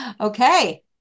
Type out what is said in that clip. Okay